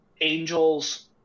Angel's